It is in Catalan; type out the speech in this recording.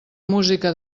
música